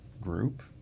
group